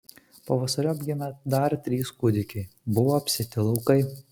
pavasariop gimė dar trys kūdikiai buvo apsėti laukai